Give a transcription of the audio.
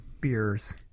beers